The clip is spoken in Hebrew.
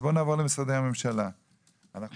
היועצת המשפטית של הוועדה, בבקשה.